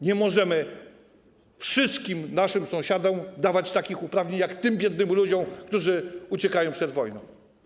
Nie możemy wszystkim naszym sąsiadom dawać takich uprawnień, jak tym biednym ludziom, którzy uciekają przed wojną.